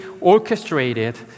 orchestrated